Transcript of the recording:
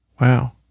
Wow